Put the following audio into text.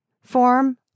form